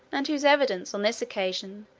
and whose evidence, on this occasion,